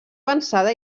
avançada